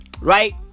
Right